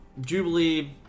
jubilee